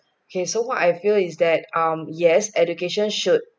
okay so what I feel is that um yes education should